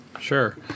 Sure